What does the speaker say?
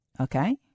Okay